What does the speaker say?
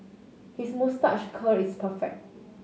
his moustache curl is perfect